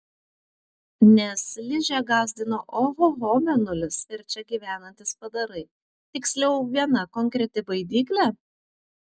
nes ližę gąsdino ohoho mėnulis ir čia gyvenantys padarai tiksliau viena konkreti baidyklė